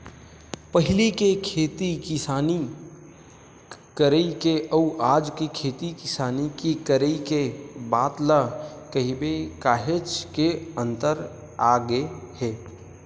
पहिली के खेती किसानी करई के अउ आज के खेती किसानी के करई के बात ल कहिबे काहेच के अंतर आगे हे